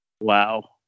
wow